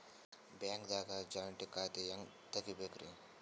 ಬ್ಯಾಂಕ್ದಾಗ ಜಂಟಿ ಖಾತೆ ಹೆಂಗ್ ತಗಿಬೇಕ್ರಿ?